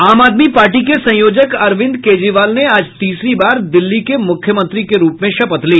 आम आदमी पार्टी के संयोजक अरविन्द केजरीवाल ने आज तीसरी बार दिल्ली के मुख्यमंत्री के रूप में शपथ ली